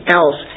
else